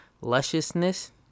lusciousness